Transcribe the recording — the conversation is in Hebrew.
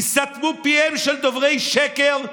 ייסתם פיהם של דוברי שקר.